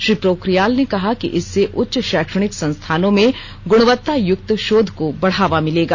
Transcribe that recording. श्री पोखरियाल ने कहा कि इससे उच्च शैक्षणिक संस्थानों में गुणवत्ता युक्त शोध को बढावा मिलेगा